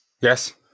Yes